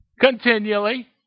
Continually